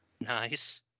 Nice